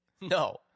no